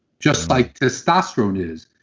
just like testosterone is,